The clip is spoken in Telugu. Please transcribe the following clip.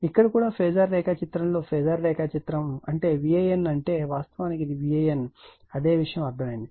ఇక్కడ కూడా ఫేజార్ రేఖాచిత్రంలో ఫేజార్ రేఖాచిత్రం అంటే VAN అంటే వాస్తవానికి ఇది VAN అదే విషయం అర్థమయ్యింది